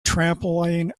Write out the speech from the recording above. trampoline